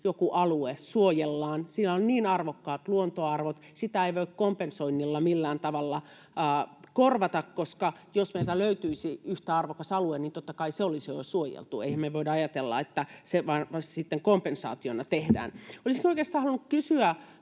joku alue suojellaan. Sillä on niin arvokkaat luontoarvot, sitä ei voi kompensoinnilla millään tavalla korvata, koska jos meiltä löytyisi yhtä arvokas alue, niin totta kai se olisi jo suojeltu. Eihän me voida ajatella, että se varmasti sitten kompensaationa tehdään. Olisin oikeastaan halunnut kysyä